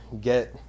get